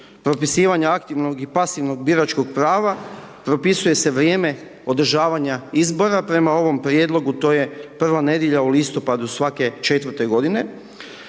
propisivanja aktivnog i pasivnog biračkog prava, propisuje se vrijeme održavanja izbora. Prema ovom prijedlogu, to je prva nedjelja u listopadu svake četvrte godine,